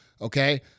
okay